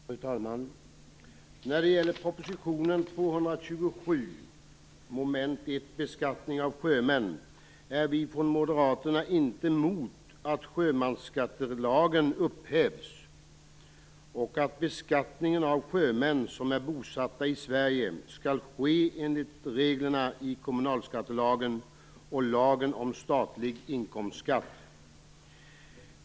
Fru talman! När det gäller proposition nr 227 om beskattning av sjömän är vi moderater inte emot att sjömansskattelagen upphävs och att beskattningen av sjömän som är bosatta i Sverige skall ske enligt reglerna i kommunalskattelagen och i lagen om statlig inkomstskatt.